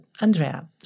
Andrea